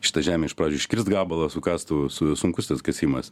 šitą žemę iš pradžių iškirst gabalą su kastuvu su sunkus tas kasimas